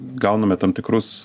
gauname tam tikrus